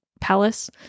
palace